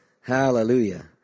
Hallelujah